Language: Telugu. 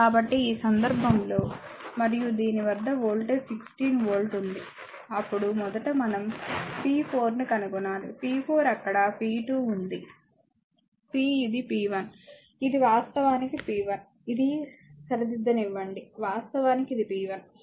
కాబట్టి ఈ సందర్భంలో మరియు దీని వద్ద వోల్టేజ్ 16 వోల్ట్ ఉంది అప్పుడు మొదట మనం p4 ను కనుగొనాలి p4 అక్కడ p2 ఉంది p ఇది p 1 ఇది వాస్తవానికి p1 ఇది సరిదిద్దనివ్వండి వాస్తవానికి ఇది p 1